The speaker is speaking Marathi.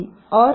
or B